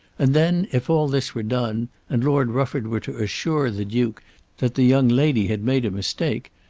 and then, if all this were done, and lord rufford were to assure the duke that the young lady had made a mistake,